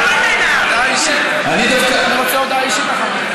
בצלאל, אז אני, אני רוצה הודעה אישית אחר כך.